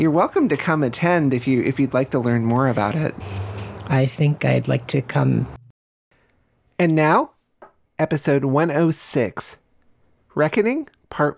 you're welcome to come attend if you if you'd like to learn more about it i think i'd like to come and now episode one has with six reckoning part